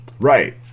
Right